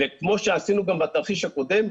כמו שעשינו גם בתרחיש הקודם,